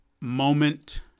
moment